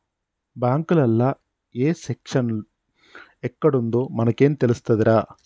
బాంకులల్ల ఏ సెక్షను ఎక్కడుందో మనకేం తెలుస్తదిరా